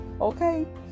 okay